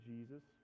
Jesus